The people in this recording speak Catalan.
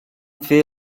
fer